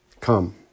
come